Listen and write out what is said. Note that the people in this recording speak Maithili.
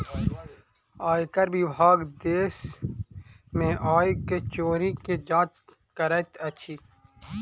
आयकर विभाग देश में आय के चोरी के जांच करैत अछि